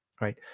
right